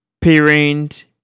parent